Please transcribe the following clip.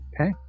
Okay